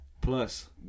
plus